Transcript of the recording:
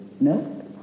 no